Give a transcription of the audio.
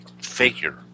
figure